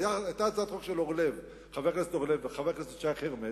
היתה הצעת חוק של חבר הכנסת אורלב וחבר הכנסת שי חרמש,